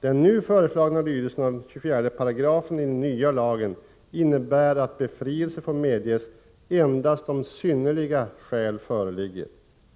Den nu föreslagna lydelsen av 24§ i den nya lagen innebär att befrielse får medges endast om synnerliga skäl föreligger